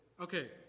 okay